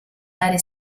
dare